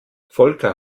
volker